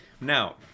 Now